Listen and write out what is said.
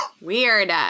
weird